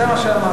זה מה שאמרתי.